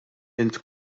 inti